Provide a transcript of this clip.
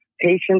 patient